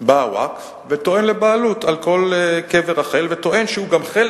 בא הווקף וטוען לבעלות על כל קבר רחל וטוען שהוא גם חלק,